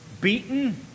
beaten